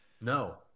No